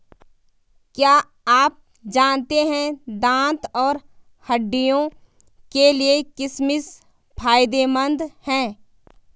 क्या आप जानते है दांत और हड्डियों के लिए किशमिश फायदेमंद है?